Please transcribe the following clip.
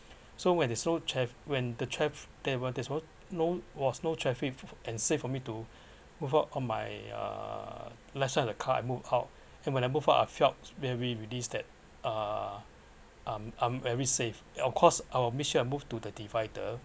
so when there is no tra~ when the traffic was no was no traffic and safe for me to move out on my uh left side of the car and move out and when I move out I felt very released that uh I'm I’m very safe and of course I will make sure I move to the divider